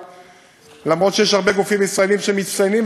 אף שיש הרבה גופים ישראליים שמצטיינים,